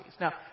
Now